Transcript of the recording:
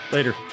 Later